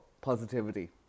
positivity